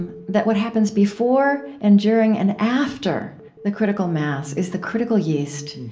um that what happens before and during and after the critical mass is the critical yeast,